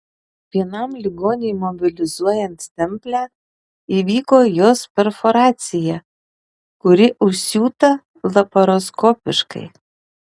vienam ligoniui mobilizuojant stemplę įvyko jos perforacija kuri užsiūta laparoskopiškai